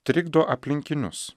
trikdo aplinkinius